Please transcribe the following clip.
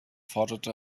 forderte